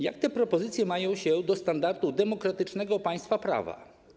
Jak te propozycje mają się do standardów demokratycznego państwa prawa?